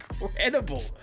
incredible